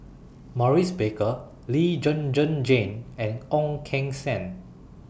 Maurice Baker Lee Zhen Zhen Jane and Ong Keng Sen